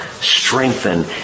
strengthen